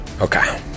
Okay